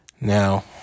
Now